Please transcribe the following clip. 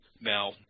Now